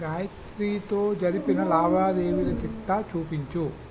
గాయత్రితో జరిపిన లావాదేవీల చిట్టా చూపించుము